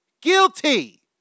Guilty